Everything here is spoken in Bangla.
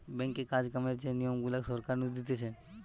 ব্যাঙ্কে কাজ কামের যে নিয়ম গুলা সরকার নু দিতেছে